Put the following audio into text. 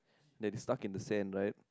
they did stuck in the sand right